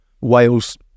Wales